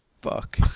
fuck